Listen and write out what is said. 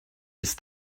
ist